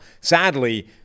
sadly